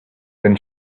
than